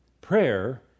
Prayer